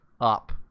up